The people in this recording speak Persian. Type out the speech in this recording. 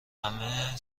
همه